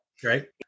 Great